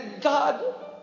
God